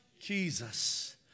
Jesus